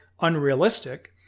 unrealistic